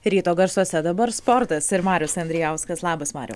ryto garsuose dabar sportas ir marius andrijauskas labas mariau